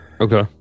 okay